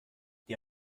die